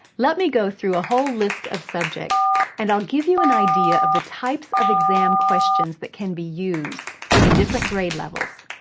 let me go through a whole list of subjects and give you an idea of the types of exam questions that can be used for the different grade levels.